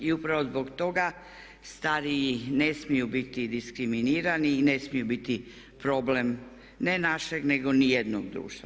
I upravo zbog toga stariji ne smiju biti diskriminirani i ne smiju biti problem ne našeg nego ni jednog društva.